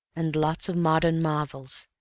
and lots of modern novels,